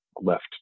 left